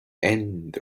and